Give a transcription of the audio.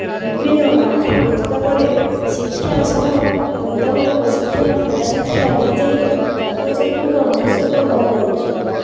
ବିଭିନ୍ନ ପାଠ୍ୟ ପୁସ୍ତକରେ ଶିକ୍ଷା ସହ ଧନ୍ଦା ମୂଳକ ଶିକ୍ଷା କ୍ରୀଡା ଶିକ୍ଷା ଦିଆଯାଇ ଛାତ୍ର ଛାତ୍ରୀଙ୍କ ଭବିଷ୍ୟତ ଗଢ଼ା ଯାଉଛି